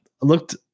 looked